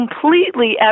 completely